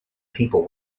people